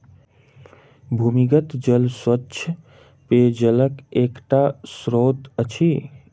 भूमिगत जल स्वच्छ पेयजलक एकटा स्त्रोत अछि